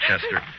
Chester